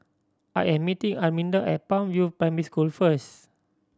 I am meeting Arminda at Palm View Primary School first